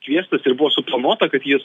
kviestas ir buvo suplanuota kad jis